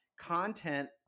content